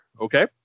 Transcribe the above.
Okay